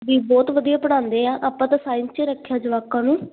ਵੀ ਬਹੁਤ ਵਧੀਆ ਪੜਾਉਂਦੇ ਆ ਆਪਾਂ ਤਾਂ ਸਾਇੰਸ 'ਚ ਰੱਖਿਆ ਜਵਾਕਾਂ ਨੂੰ